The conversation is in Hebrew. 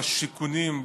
בשיכונים.